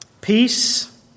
peace